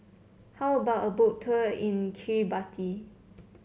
how about a Boat Tour in Kiribati